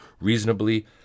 reasonably